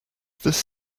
this